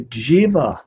jiva